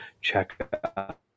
check